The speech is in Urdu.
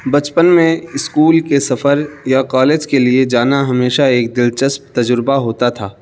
بچپن میں اسکول کے سفر یا کالج کے لیے جانا ہمیشہ ایک دلچسپ تجربہ ہوتا تھا